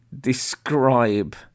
describe